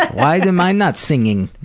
why am i not singing?